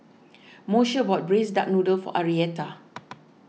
Moshe bought Braised Duck Noodle for Arietta